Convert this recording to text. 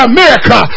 America